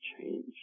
change